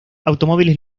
automóviles